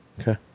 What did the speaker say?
Okay